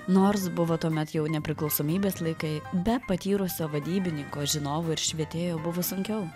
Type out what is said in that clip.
nors buvo tuomet jau nepriklausomybės laikai be patyrusio vadybininko žinovo ir švietėjo buvo sunkiau